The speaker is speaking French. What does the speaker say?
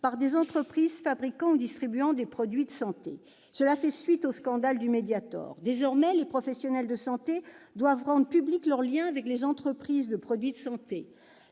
par des entreprises fabriquant ou distribuant des produits de santé. Cela fait suite au scandale du Mediator. Désormais, les professionnels de santé doivent rendre publics leurs liens avec les entreprises de produits de santé.